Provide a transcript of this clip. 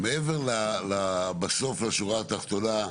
מעבר לבסוף לשורה התחתונה,